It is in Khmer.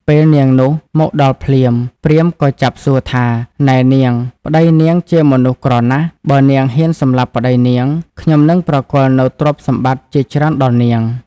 ពេលនាងនោះ មកដល់ភ្លាម ព្រាហ្មណ៍ ក៏ចាប់សួរថា នែនាង ប្ដីនាងជាមនុស្សក្រណាស់ បើនាងហ៊ានសម្លាប់ប្តីនាង ខ្ញុំនឹងប្រគល់នូវទ្រព្យសម្បត្តិជាច្រើនដល់នាង។